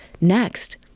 Next